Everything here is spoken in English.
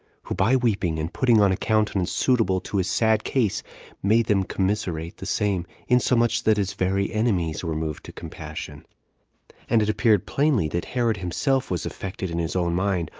who by weeping and putting on a countenance suitable to his sad case made them commiserate the same, insomuch that his very enemies were moved to compassion and it appeared plainly that herod himself was affected in his own mind,